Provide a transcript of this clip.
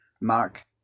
Mark